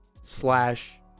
slash